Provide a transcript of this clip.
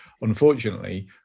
unfortunately